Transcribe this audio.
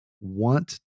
want